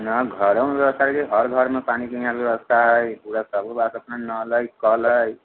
इहाँ घरो मे व्यस्था रहैत छै हर घरमे पिबै बला नल हय कल हय